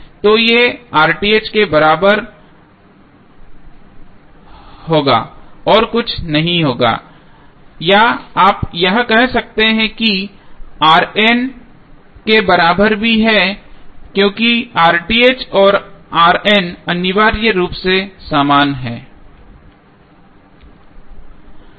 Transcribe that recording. तो ये के बराबर होगा और कुछ नहीं होगा या आप कह सकते हैं कि यह के बराबर भी है क्योंकि और अनिवार्य रूप से समान हैं